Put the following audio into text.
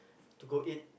to go eat